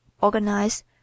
organize